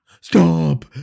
Stop